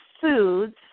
foods